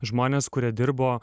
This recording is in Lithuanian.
žmonės kurie dirbo